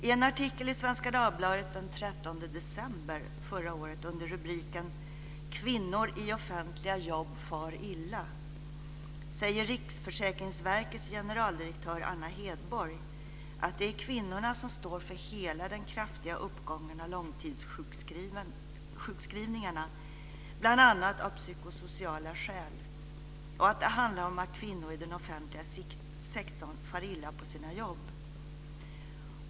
I en artikel i Svenska Dagbladet den 13 december förra året under rubriken "Kvinnor i offentliga jobb far illa" säger RFV:s generaldirektör Anna Hedborg att det är kvinnorna som står för hela den kraftiga uppgången av långtidssjukskrivningarna, bl.a. av psykosociala skäl, och att det handlar om kvinnor i den offentliga sektorn som far illa på sina jobb.